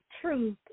Truth